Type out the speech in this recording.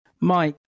Mike